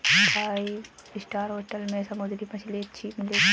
five star hotel में समुद्री मछली अच्छी मिलेंगी